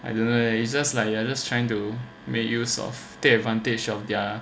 I don't know eh it's just like you are just trying to make use of the advantage of their